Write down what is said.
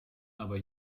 aber